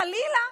חלילה,